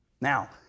Now